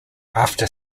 after